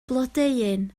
blodeuyn